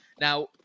Now